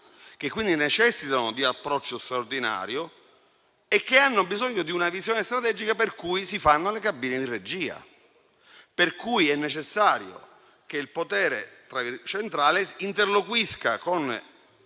che quindi necessitano di un approccio straordinario e che hanno bisogno di una visione strategica per cui si fanno le cabine di regia, per cui è necessario che il potere centrale interloquisca con